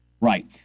Right